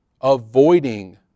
Avoiding